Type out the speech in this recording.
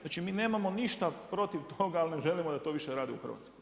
Znači, mi nemamo ništa protiv toga, ali ne želimo da to više rade u Hrvatskoj.